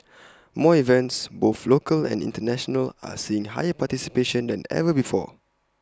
more events both local and International are seeing higher participation than ever before